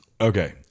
Okay